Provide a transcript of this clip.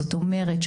זאת אומרת,